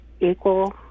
equal